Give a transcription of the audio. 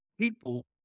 People